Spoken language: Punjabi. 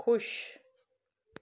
ਖੁਸ਼